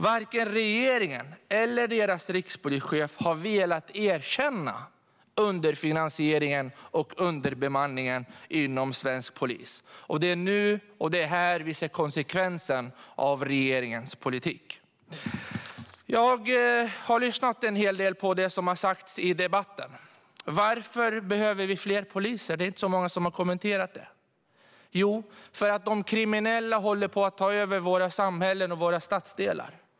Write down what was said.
Varken regeringen eller dess rikspolischef har velat erkänna underfinansieringen och underbemanningen inom svensk polis. Det är nu och här vi ser konsekvensen av regeringens politik. Jag har lyssnat en hel del på det som har sagts i debatten. Varför behöver vi fler poliser? Det är inte så många som har kommenterat det. Jo, det behöver vi för att de kriminella håller på att ta över våra samhällen och våra stadsdelar.